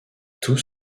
tous